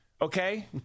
okay